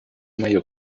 мою